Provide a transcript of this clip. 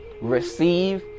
receive